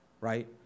right